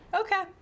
Okay